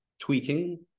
tweaking